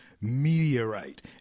meteorite